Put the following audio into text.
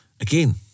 again